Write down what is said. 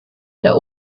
der